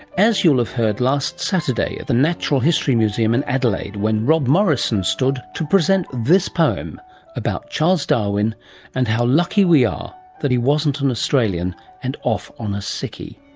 as you'll have heard last saturday, at the natural history museum in adelaide when rob morrison stood to present this poem about charles darwin and how lucky we are that he wasn't an australian and off on a sickie.